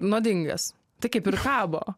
nuodingas tai kaip ir kabo